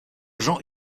jean